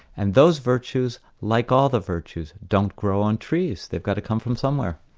and those virtues, like all the virtues, don't grow on trees, they've got to come from somewhere.